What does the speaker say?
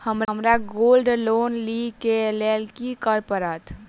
हमरा gold loan लिय केँ लेल की करऽ पड़त?